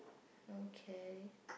okay